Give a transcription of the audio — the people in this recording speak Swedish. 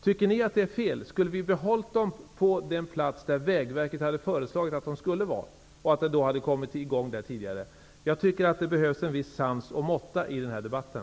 Tycker ni att det var fel? Skulle vi ha satsat pengarna enligt Vägverkets förslag, så att arbetet hade kommit i gång tidigare? Jag tycker att det behövs viss sans och måtta i den här debatten.